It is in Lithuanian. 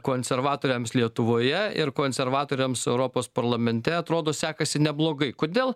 konservatoriams lietuvoje ir konservatoriams europos parlamente atrodo sekasi neblogai kodėl